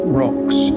rocks